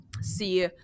see